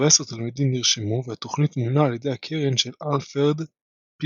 17 תלמידים נרשמו והתוכנית מומנה על ידי הקרן של אלפרד פ.